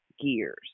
gears